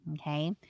okay